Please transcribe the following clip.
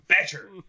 better